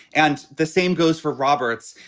and the same goes for roberts,